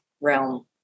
realm